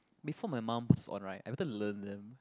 before my mum pass on right I better learn them